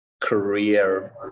career